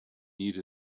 need